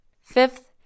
Fifth